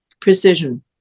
precision